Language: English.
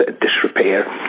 disrepair